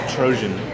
Trojan